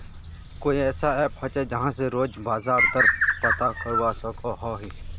कोई ऐसा ऐप होचे जहा से रोज बाजार दर पता करवा सकोहो ही?